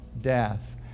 death